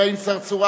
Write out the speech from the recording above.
עתניאל שנלר,